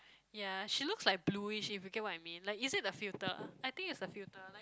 ya she looks like blueish if you get what I mean like is it the filter I think it's the filter like